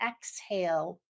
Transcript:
exhale